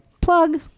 Plug